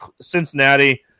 Cincinnati